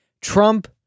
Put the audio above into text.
Trump